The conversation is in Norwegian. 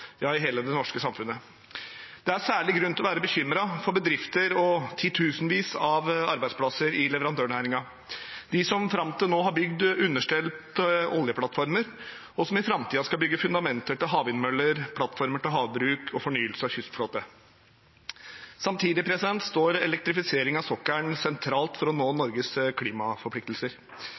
ja, i hele det norske samfunnet. Det er særlig grunn til å være bekymret for bedrifter og titusenvis av arbeidsplasser i leverandørnæringen – de som fram til nå har bygd understell til oljeplattformer, og som i framtiden skal bygge fundamenter til havvindmøller, plattformer til havbruk og fornyelse av kystflåten. Samtidig står elektrifisering av sokkelen sentralt for at vi skal nå Norges klimaforpliktelser.